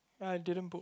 yeah I didn't book